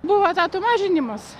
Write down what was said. buvo etatų mažinimas